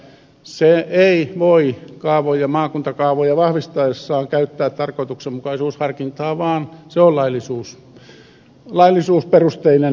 se ei voi maakuntakaavoja vahvistaessaan käyttää tarkoituksenmukaisuusharkintaa vaan se on laillisuusperusteinen lähtökohta